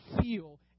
feel